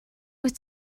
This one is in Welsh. wyt